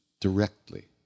directly